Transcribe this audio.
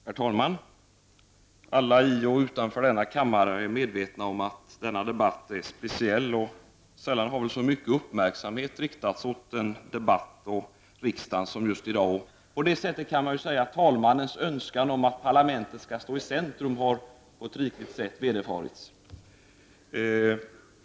Herr talman! Alla i och utanför kammaren är medvetna om att denna debatt är speciell. Sällan har väl så mycket uppmärksamhet riktats mot en debatt och mot riksdagen som just i dag. På det sättet kan man ju säga att talmannens önskan om att parlamentet skall stå i centrum har uppfyllts på ett alldeles särskilt sätt.